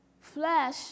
flesh